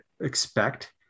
expect